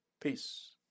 Peace